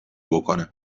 بکنه